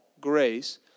grace